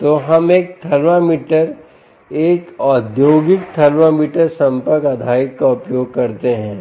तो हम एक थर्मामीटर एक औद्योगिक थर्मामीटर संपर्क आधारित का उपयोग करते हैं